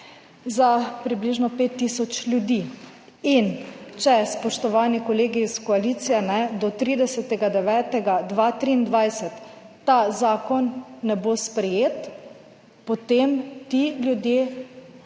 za približno 5 tisoč ljudi. In če, spoštovani kolegi iz koalicije, do 30. 9. 2023 ta zakon ne bo sprejet, potem ti ljudje